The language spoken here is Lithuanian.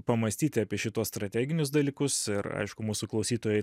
pamąstyti apie šituos strateginius dalykus ir aišku mūsų klausytojai